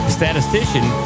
statistician